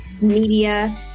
media